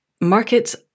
markets